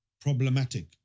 problematic